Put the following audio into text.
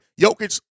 Jokic